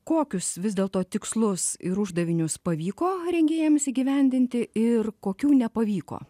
kokius vis dėlto tikslus ir uždavinius pavyko rengėjams įgyvendinti ir kokių nepavyko